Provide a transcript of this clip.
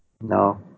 no